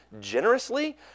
generously